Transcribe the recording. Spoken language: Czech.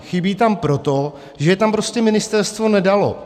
Chybí tam proto, že je tam prostě ministerstvo nedalo.